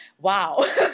wow